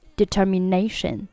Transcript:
determination